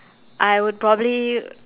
I would probably